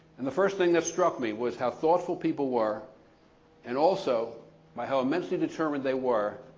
and the first thing that struck me was how thoughtful people were and also by how immensely determined they were